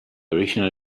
original